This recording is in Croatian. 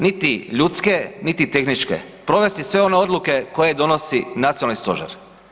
Niti ljudske, niti tehničke, provesti sve one odluke koje donosi nacionalni stožer.